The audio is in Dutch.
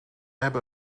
hebben